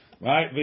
Right